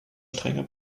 strenger